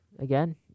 again